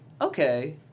okay